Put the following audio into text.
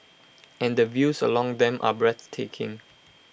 and the views along them are breathtaking